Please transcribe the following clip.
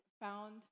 found